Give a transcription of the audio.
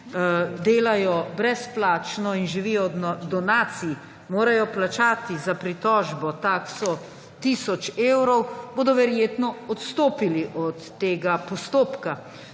delajo brezplačno in živijo od donacij, morajo plačati za pritožbo takso tisoč evrov, bodo verjetno odstopili od tega postopka.